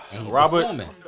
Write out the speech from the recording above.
Robert